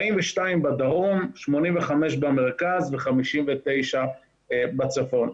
42 בדרום, 85 במרכז ו-59 בצפון.